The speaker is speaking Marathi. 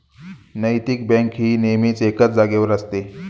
नैतिक बँक ही नेहमीच एकाच जागेवर असते